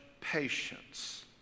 patience